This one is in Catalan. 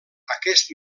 aquest